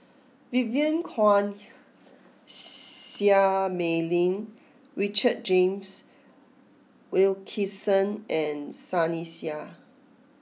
Vivien Quahe Seah Mei Lin Richard James Wilkinson and Sunny Sia